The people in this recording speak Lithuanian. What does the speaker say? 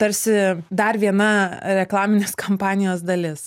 tarsi dar viena reklaminės kampanijos dalis